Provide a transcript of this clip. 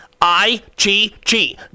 I-G-G